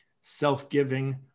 Self-giving